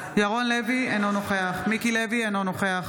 ירון לוי, אינו נוכח מיקי לוי, אינו נוכח